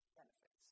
benefits